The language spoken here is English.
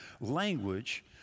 language